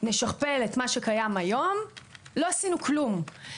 נשכפל את מה שקיים היום - לא עשינו כלום.